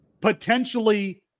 potentially